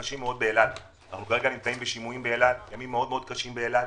כרגע נמצאים בשימועים ואלה ימים קשים באל על.